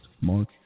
Mark